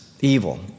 evil